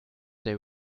they